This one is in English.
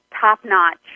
top-notch